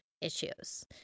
issues